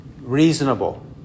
reasonable